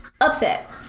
Upset